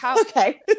Okay